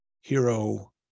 hero